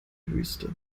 wüste